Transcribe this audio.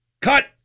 Cut